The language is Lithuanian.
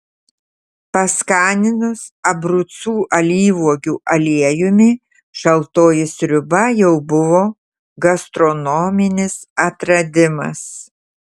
paskaninus abrucų alyvuogių aliejumi šaltoji sriuba jau buvo gastronominis atradimas